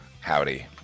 Howdy